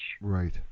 Right